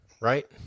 right